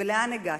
ולאן הגעתם?